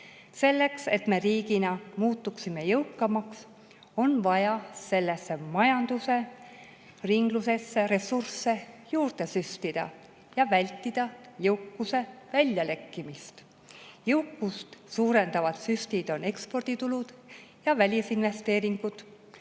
Selleks, et me riigina muutuksime jõukamaks, on vaja majandusringlusesse ressursse juurde süstida ja vältida jõukuse väljalekkimist. Jõukust suurendavad süstid on eksporditulud ja välisinvesteeringud